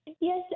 Yes